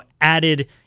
added